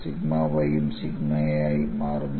sigma y യും സിഗ്മയായി മാറുന്നു